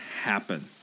happen